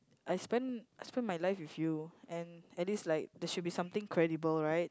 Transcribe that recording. I spend I spend my life with you and at least like there should be something credible right